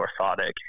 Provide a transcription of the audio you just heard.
orthotic